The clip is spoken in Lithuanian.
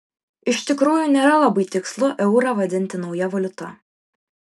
iš tikrųjų nėra labai tikslu eurą vadinti nauja valiuta